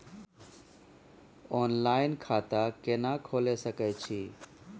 Online खाता केना खोले सकै छी?